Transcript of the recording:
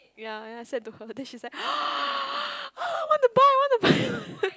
ya ya I said to her then she's like I want to buy I want to buy